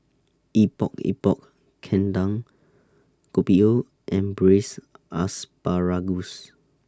Epok Epok Kentang Kopi O and Braised Asparagus